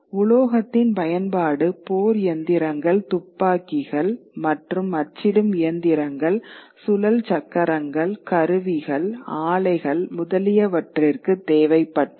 உலோகத்தின் பயன்பாடு போர் இயந்திரங்கள் துப்பாக்கிகள் மற்றும் அச்சிடும் இயந்திரங்கள் சுழல் சக்கரங்கள் கருவிகள் ஆலைகள் முதலியவற்றிற்கு தேவைப்பட்டது